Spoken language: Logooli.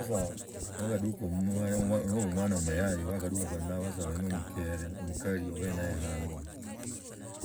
Sasa wakadoka mmoyo noba omwana muyayi wakadoka kwa ona tsa obe ni omukare omukal oby nnaye ango